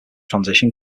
transition